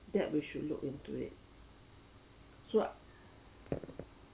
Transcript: that we should look into it so